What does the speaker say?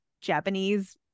Japanese